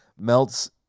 melts